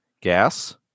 gas